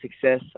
success